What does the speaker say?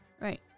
right